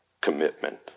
commitment